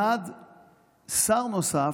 1. שר נוסף,